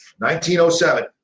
1907